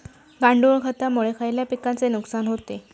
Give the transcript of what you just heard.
गांडूळ खतामुळे खयल्या पिकांचे नुकसान होते?